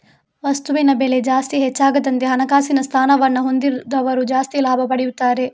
ವಸ್ತುವಿನ ಬೆಲೆ ಜಾಸ್ತಿ ಹೆಚ್ಚಾದಂತೆ ಹಣಕಾಸಿನ ಸ್ಥಾನವನ್ನ ಹೊಂದಿದವರು ಜಾಸ್ತಿ ಲಾಭ ಪಡೆಯುತ್ತಾರೆ